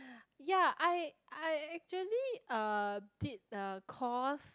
ya I I actually uh did a course